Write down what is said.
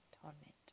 torment